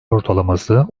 ortalaması